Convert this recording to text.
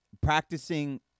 practicing